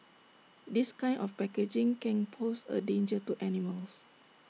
this kind of packaging can pose A danger to animals